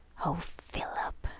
oh, philip,